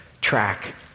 track